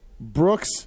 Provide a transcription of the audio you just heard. Brooks